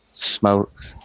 Smoke